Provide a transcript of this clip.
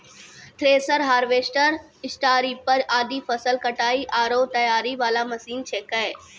thresher, harvester, stripper आदि फसल कटाई आरो तैयारी वाला मशीन छेकै